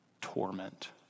torment